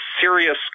serious